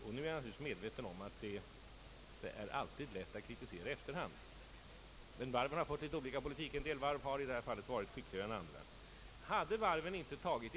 Jag är naturligtvis medveten om att det alltid är lätt att kritisera i efterhand, men måste ändå konstatera att varven har fört litet olika politik och att en del har i detta fall varit skickligare än andra.